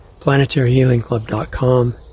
planetaryhealingclub.com